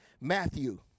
Matthew